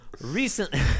Recently